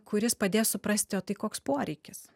kuris padės suprasti o tai koks poreikis